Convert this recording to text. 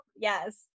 Yes